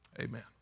Amen